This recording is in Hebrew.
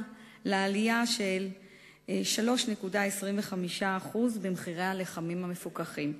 לעלייה של 3.25% במחירי הלחמים המפוקחים.